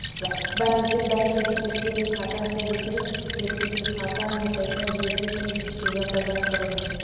वाणिज्यिक बैंक एक व्यक्ति के खाता से दूसर व्यक्ति के खाता में पैइसा भेजजे के सुविधा प्रदान करऽ हइ